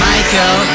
Michael